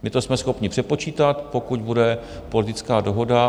My to jsme schopni přepočítat, pokud bude politická dohoda.